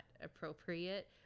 appropriate